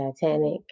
Titanic